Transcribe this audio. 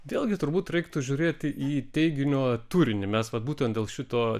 vėlgi turbūt reiktų žiūrėti į teiginio turinį mes vat būtent dėl šito